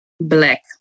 Black